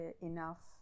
enough